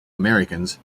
americans